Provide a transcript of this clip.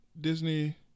Disney